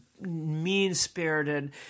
mean-spirited